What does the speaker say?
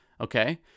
Okay